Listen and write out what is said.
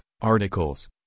articles